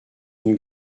une